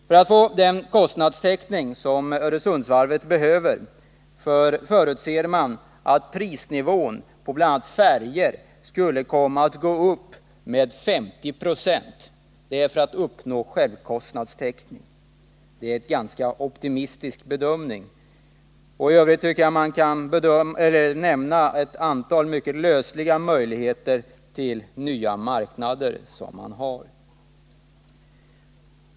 För att få den kostnadstäckning för färjor som Öresundsvarvet förutser måste prisnivån för färjor gå upp 50 90. Det är en ganska optimistisk bedömning. I övrigt nämns ett antal mycket lösliga möjligheter till nya marknader.